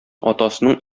атасының